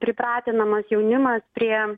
pripratinamas jaunimas prie